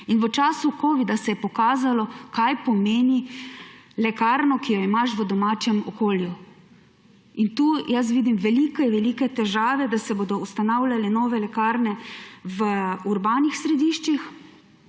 In v času covida se je pokazalo, kaj pomeni lekarna, ki jo imaš v domačem okolju. In tu jaz vidim velike velike težave, da se bodo ustanavljale nove lekarne v urbanih središčih,